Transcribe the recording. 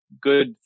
good